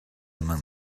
among